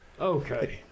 okay